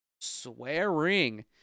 swearing